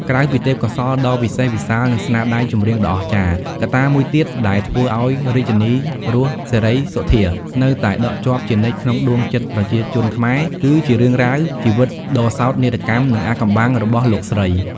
ក្រៅពីទេពកោសល្យដ៏វិសេសវិសាល និងស្នាដៃចម្រៀងដ៏អស្ចារ្យ កត្តាមួយទៀតដែលធ្វើឲ្យ រាជិនីរស់ សេរីសុទ្ធា នៅតែដក់ជាប់ជានិច្ចក្នុងដួងចិត្តប្រជាជនខ្មែរ គឺជារឿងរ៉ាវ ជីវិតដ៏សោកនាដកម្ម និងអាថ៌កំបាំង របស់លោកស្រី។